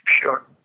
Sure